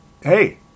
hey